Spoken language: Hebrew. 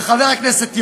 וחבר הכנסת יונה,